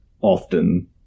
often